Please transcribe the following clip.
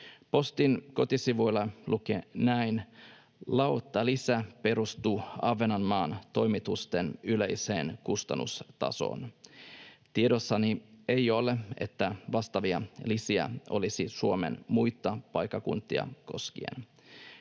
Postin kotisivuilla lukee näin: ”Lauttalisä perustuu Ahvenanmaan toimitusten yleiseen kustannustasoon.” Tiedossani ei ole, että vastaavia lisiä olisi Suomen muita paikkakuntia koskien.